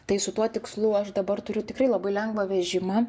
tai su tuo tikslu aš dabar turiu tikrai labai lengvą vežimą